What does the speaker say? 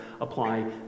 apply